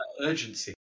urgency